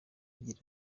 agira